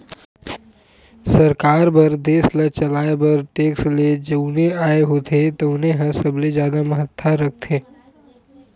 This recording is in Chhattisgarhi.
सरकार बर देस ल चलाए बर टेक्स ले जउन आय होथे तउने ह सबले जादा महत्ता राखथे